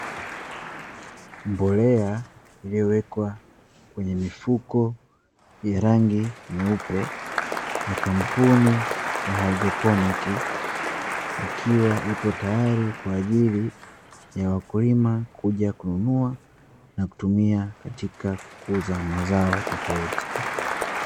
Mbolea iliyowekwa kwenye mifuko ya rangi nyeupe ya kampuni ya "Hygroponic", ikiwa ipo tayari kwa ajili ya wakulima kuja kununua na kutumia katika kukuza mazao tofauti.